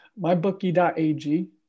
Mybookie.ag